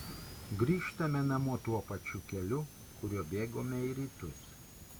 grįžtame namo tuo pačiu keliu kuriuo bėgome į rytus